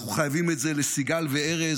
אנחנו חייבים את זה לסיגל וארז,